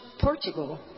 Portugal